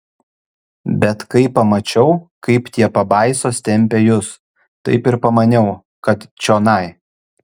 bet kai pamačiau kaip tie pabaisos tempia jus taip ir pamaniau kad čionai